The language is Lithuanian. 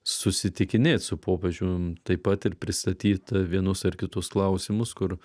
susitikinėt su popiežium taip pat ir pristatyt vienus ar kitus klausimus kur